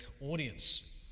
audience